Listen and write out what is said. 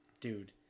dude